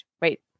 Wait